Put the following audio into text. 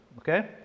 Okay